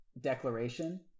declaration